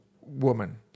woman